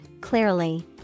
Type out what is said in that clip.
clearly